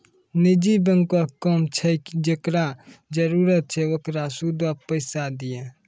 निजी बैंको के काम छै जे जेकरा जरुरत छै ओकरा सूदो पे पैसा दिये